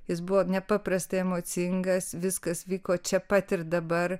jis buvo nepaprastai emocingas viskas vyko čia pat ir dabar